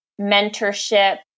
mentorship